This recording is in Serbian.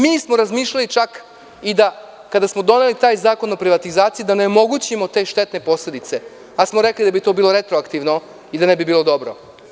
Mi smo razmišljali, kada smo doneli taj Zakon o privatizaciji, da onemogućimo te štetne posledice i zato smo rekli da bi to bilo retroaktivno i da ne bi bilo dobro.